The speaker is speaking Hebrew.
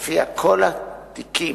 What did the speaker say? שלפיה כל התיקים